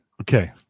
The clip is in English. okay